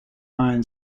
iron